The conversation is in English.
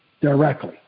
directly